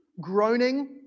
groaning